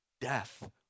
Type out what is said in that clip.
Death